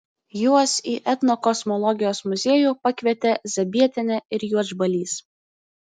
juos į etnokosmologijos muziejų pakvietė zabietienė ir juodžbalys